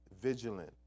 vigilant